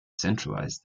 centralised